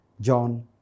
John